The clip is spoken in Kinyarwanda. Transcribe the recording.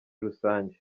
rusange